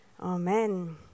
Amen